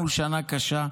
עברנו שנה קשה,